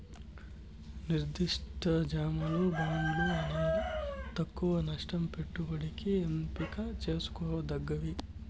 నిర్దిష్ట జమలు, బాండ్లు అనేవి తక్కవ నష్ట పెట్టుబడికి ఎంపిక చేసుకోదగ్గవి